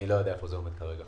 אני לא יודע איפה זה עומד כרגע.